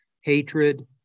hatred